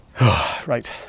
Right